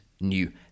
new